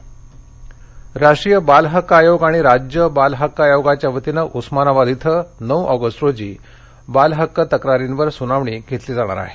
सनावणी उर्मानावाद राष्ट्रीय बाल हक्क आयोग आणि राज्य बाल हक्क आयोगाच्या वतीनं उस्मानाबाद इथं नऊ ऑगस्ट रोजी बालहक्क तक्रारीवर सुनावणी घेतली जाणार आहे